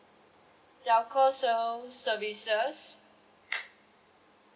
telco ser~ services